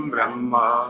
Brahma